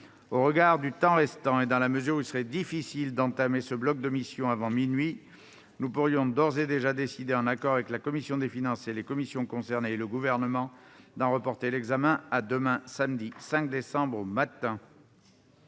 Au regard du temps restant et dans la mesure où il serait difficile d'entamer ce bloc de missions avant minuit, nous pourrions d'ores et déjà décider, en accord avec la commission des finances, les commissions concernées et le Gouvernement, d'en reporter l'examen à demain, samedi 5 décembre matin.